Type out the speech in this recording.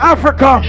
Africa